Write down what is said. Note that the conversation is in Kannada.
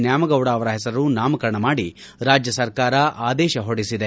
ನ್ನಾಮಗೌಡ ಅವರ ಹೆಸರು ನಾಮಕರಣ ಮಾಡಿ ರಾಜ್ಯ ಸರಕಾರ ಆದೇಶ ಹೊರಡಿಸಿದೆ